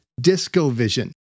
DiscoVision